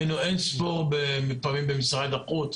היינו אינספור פעמים במשרד החוץ,